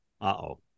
Uh-oh